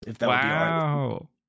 Wow